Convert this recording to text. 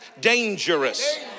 dangerous